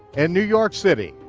and new york city.